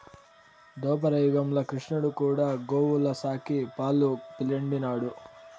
దోపర యుగంల క్రిష్ణుడు కూడా గోవుల సాకి, పాలు పిండినాడు